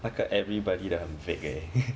那个 everybody 的很 vague eh